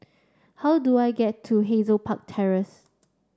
how do I get to Hazel Park Terrace